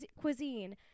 cuisine